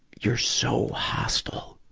you're so hostile!